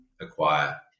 acquire